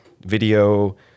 video